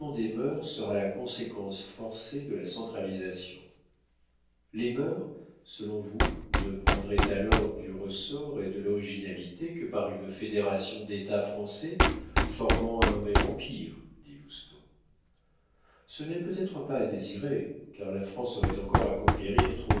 sera la conséquence forcée de la centralisation les mœurs selon vous ne prendraient alors du ressort et de l'originalité que par une fédération d'états français formant un même empire dit lousteau ce n'est peut-être pas à désirer car la france aurait encore à conquérir